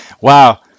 wow